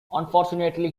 unfortunately